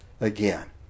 again